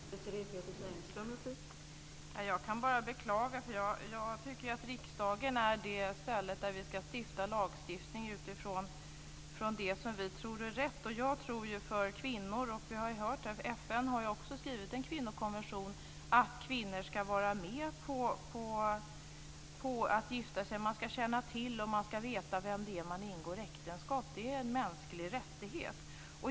Fru talman! Jag kan bara beklaga, för jag tycker att riksdagen är det ställe där vi ska stifta lagar utifrån det som vi tror är rätt. FN har ju också skrivit i en kvinnokonvention att kvinnor ska vara med på att gifta sig. Man ska känna till och veta vem det är man ingår äktenskap med. Det är en mänsklig rättighet.